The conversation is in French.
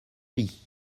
lis